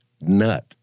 nut